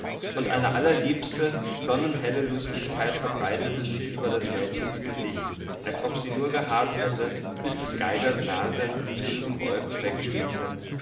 und eine allerliebste sonnenhelle lustigkeit verbreitete sich über des mädchens gesicht als ob sie nur geharrt hätte bis des geigers nase die trüben wolken